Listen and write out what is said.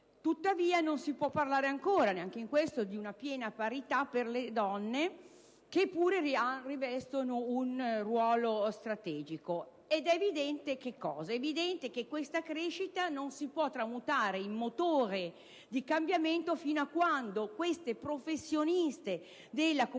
tuttavia non si può parlare ancora, neanche in questo, di una piena parità per le donne, che pure rivestono un ruolo strategico. È evidente che questa crescita non si può tramutare in motore di cambiamento fino a quando queste professioniste della comunicazione